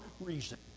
reason